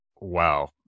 Wow